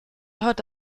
hört